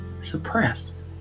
suppress